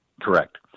Correct